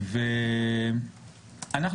מה שאנחנו עושים עשיו,